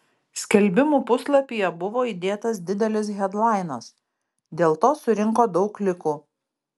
skelbimų puslapyje buvo įdėtas didelis hedlainas dėl to surinko daug klikų